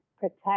protect